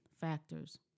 factors